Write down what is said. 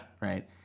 Right